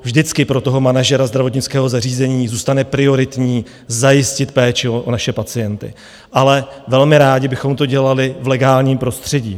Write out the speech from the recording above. Vždycky pro toho manažera zdravotnického zařízení zůstane prioritní zajistit péči o naše pacienty, ale velmi rádi bychom to dělali v legálním prostředí.